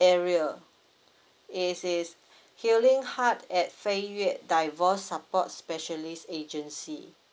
area it is healing heart at fei yue divorced support specialist agency